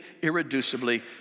irreducibly